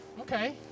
Okay